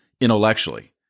intellectually